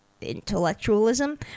intellectualism